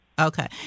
Okay